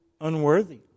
unworthy